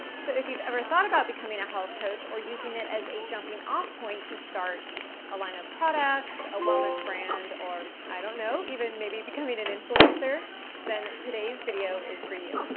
so if you've ever thought about becoming a health coach or using it as a jumping off point to start a line of products, a wellness brand or i don't know, even maybe becoming an influencer then today's video is for you.